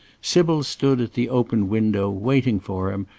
sybil stood at the open window waiting for him,